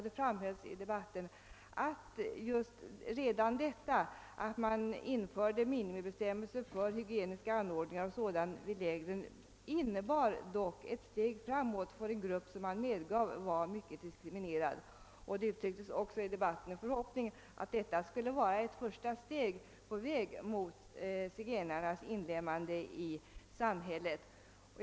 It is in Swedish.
Det framhölls i debatten att redan detta att man införde en minimibestämmelse för hygieniska anordningar i lägren dock innebar ett steg framåt för en grupp som — det medgav man — var mycket diskriminerad. Det uttrycktes också i debatten en förhoppning om att detta skulle vara ett första steg på vägen mot zigenarnas inlemmande i samhället.